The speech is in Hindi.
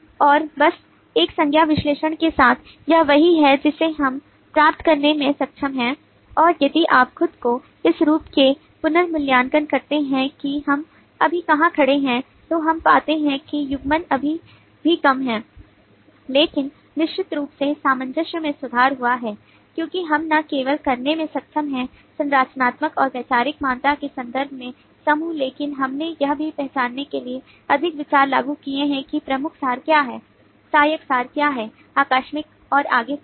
और बस एक संज्ञा विश्लेषण के साथ यह वही है जिसे हम प्राप्त करने में सक्षम हैं और यदि आप खुद को इस रूप में पुनर्मूल्यांकन करते हैं कि हम अभी कहां खड़े हैं तो हम पाते हैं कि युग्मन अभी भी कम है लेकिन निश्चित रूप से सामंजस्य में सुधार हुआ है क्योंकि हम न केवल करने में सक्षम हैं संरचनात्मक और वैचारिक समानता के संदर्भ में समूह लेकिन हमने यह भी पहचानने के लिए अधिक विचार लागू किए हैं कि प्रमुख सार क्या हैं सहायक सार क्या हैं आकस्मिक और आगे क्या हैं